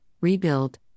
rebuild